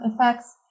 effects